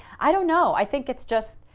i don't know. i think it's just,